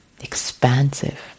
expansive